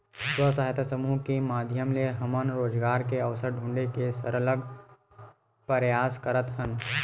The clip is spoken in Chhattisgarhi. स्व सहायता समूह के माधियम ले हमन रोजगार के अवसर ढूंढे के सरलग परयास करत हन